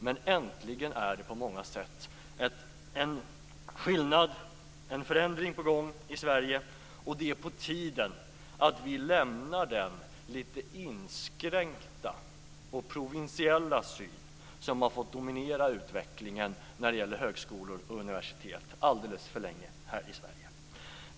Men äntligen är det på många sätt en förändring på gång i Sverige, och det är på tiden att vi lämnar den litet inskränkta och provinsiella syn som har fått dominera utvecklingen när det gäller högskolor och universitet alldeles för länge här i Sverige.